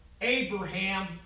Abraham